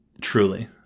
Truly